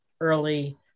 early